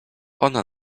ona